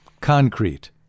Concrete